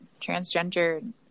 transgender